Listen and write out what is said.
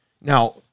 Now